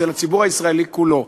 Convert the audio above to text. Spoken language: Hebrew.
זה לציבור הישראלי כולו,